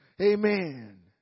Amen